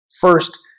First